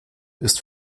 ist